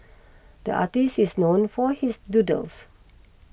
the artist is known for his doodles